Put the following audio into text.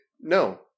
no